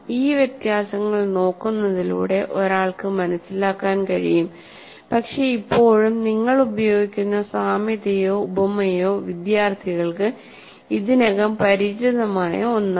ഈ വ്യത്യാസങ്ങൾ നോക്കുന്നതിലൂടെ ഒരാൾക്ക് മനസിലാക്കാൻ കഴിയും പക്ഷേ ഇപ്പോഴും നിങ്ങൾ ഉപയോഗിക്കുന്ന സാമ്യതയോ ഉപമയോ വിദ്യാർത്ഥികൾക്ക് ഇതിനകം പരിചിതമായ ഒന്നാണ്